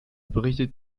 berichtet